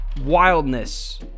wildness